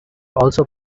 also